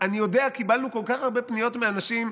אני יודע, קיבלנו כל כך הרבה פניות מאנשים,